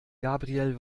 gabriel